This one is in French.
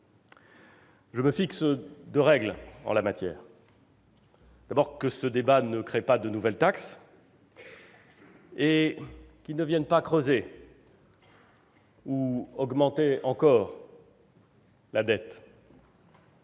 Je me fixe deux règles en la matière. D'abord, que ce débat ne crée pas de nouvelles taxes et qu'il ne vienne pas creuser ou augmenter encore la dette.